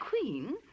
Queen